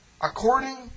according